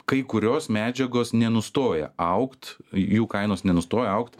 kai kurios medžiagos nenustoja augt jų kainos nenustoja augt